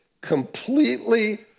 completely